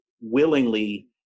willingly